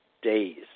days